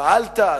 פעלת,